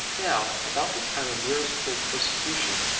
now, about the time of nero's cruel persecution,